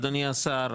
אדוני השר,